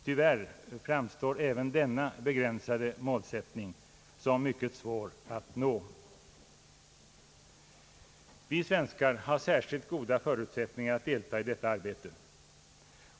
Tyvärr framstår även denna begränsade målsättning som mycket svår att nå. Vi svenskar har särskilt goda förut sättningar att deltaga i detta arbete.